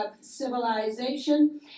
civilization